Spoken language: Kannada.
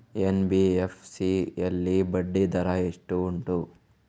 ಎನ್.ಬಿ.ಎಫ್.ಸಿ ಯಲ್ಲಿ ಬಡ್ಡಿ ದರ ಎಷ್ಟು ಉಂಟು?